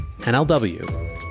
NLW